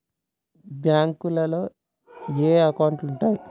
బ్యాంకులో ఏయే అకౌంట్లు ఉంటయ్?